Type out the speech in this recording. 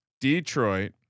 Detroit